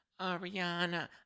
Ariana